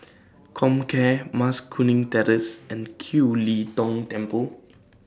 Comcare Mas Kuning Terrace and Kiew Lee Tong Temple